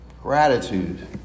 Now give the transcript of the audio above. gratitude